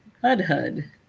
HUD-HUD